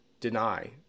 deny